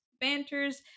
banters